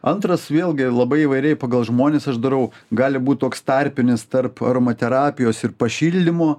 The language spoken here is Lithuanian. antras vėlgi labai įvairiai pagal žmones aš darau gali būti toks tarpinis tarp aromaterapijos ir pašildymo